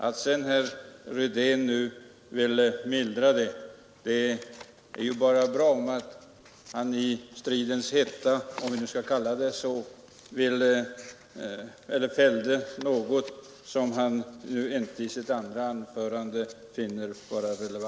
Om herr Rydén fällde det yttrandet i stridens hetta och nu inte finner det relevant utan vill mildra det, är det bara bra.